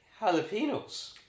jalapenos